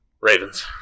Ravens